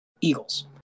Eagles